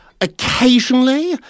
occasionally